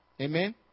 Amen